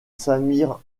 samir